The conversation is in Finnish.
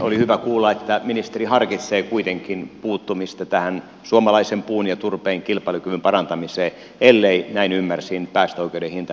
oli hyvä kuulla että ministeri harkitsee kuitenkin puuttumista tähän suomalaisen puun ja turpeen kilpailukyvyn parantamiseen ellei näin ymmärsin päästöoikeuden hinta nouse